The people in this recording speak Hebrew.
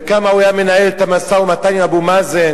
וכמה הוא היה מנהל את המשא-ומתן עם אבו מאזן.